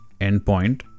endpoint